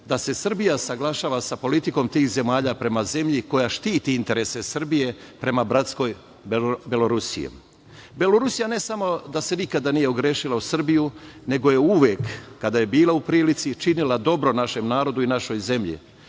da se Srbija saglašava sa politikom tih zemalja prema zemlji koja štiti interese Srbije prema bratskoj Belorusiji. Belorusija, ne samo da se nikada nije ogrešila o Srbiju, nego je uvek, kada je bila u prilici, činila dobro našem narodu i našoj zemlji.